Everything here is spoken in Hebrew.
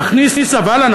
להכניס צבא לנמל?